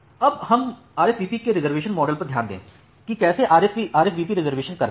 अब हम आरएसवीपी में रिजर्वेशन मॉडल पर ध्यान दें कि कैसे RSVP रिजर्वेशन करता है